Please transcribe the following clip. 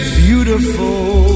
beautiful